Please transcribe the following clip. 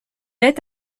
est